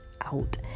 out